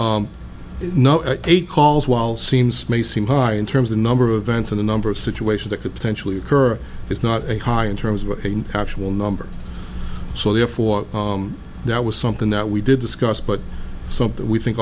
no eight calls while seems may seem high in terms of number of events and the number of situation that could potentially occur is not a high in terms of actual numbers so therefore that was something that we did discuss but something we think